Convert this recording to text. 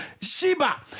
Sheba